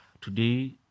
Today